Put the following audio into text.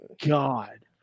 God